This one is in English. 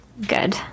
Good